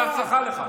עלק ניצב במשטרה.